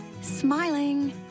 Smiling